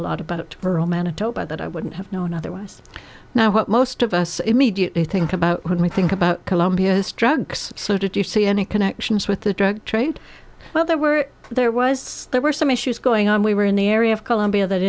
a lot about it for all manitoba that i wouldn't have known otherwise now what most of us immediately think about when we think about colombia's drugs so did you see any connections with the drug trade well there were there was there were some issues going on we were in the area of colombia that